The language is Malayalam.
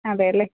അതെ അല്ലേ